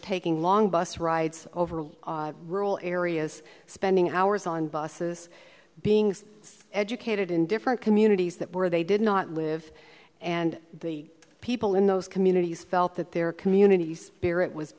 taking long bus rides over rural areas spending hours on buses being educated in different communities that where they did not live and the people in those communities felt that their community spirit was